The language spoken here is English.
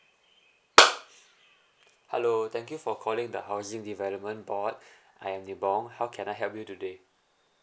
hello thank you for calling the housing development board I'm nee bong how can I help you today